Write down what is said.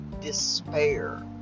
despair